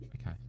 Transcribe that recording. Okay